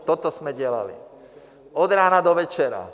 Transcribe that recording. Toto jsme dělali, od rána do večera.